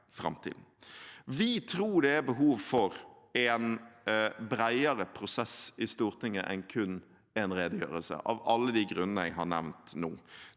Vi tror det er behov for en bredere prosess i Stortinget enn kun en redegjørelse, av alle de grunnene jeg har nevnt nå.